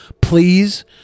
please